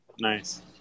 Nice